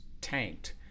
tanked